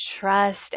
trust